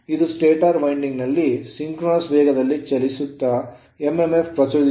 ಇದು stator winding ನಲ್ಲಿ synchronous ವೇಗದಲ್ಲಿ ಚಲಿತ mmf ಪ್ರಚೋದಿಸುತ್ತದೆ